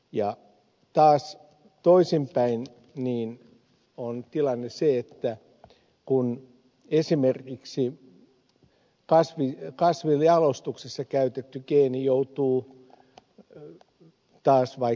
ja ottaisi toisin päin niin taas toisinpäin olevassa tilanteessa kun esimerkiksi kasvinjalostuksessa käytetty geeni joutuu taas vai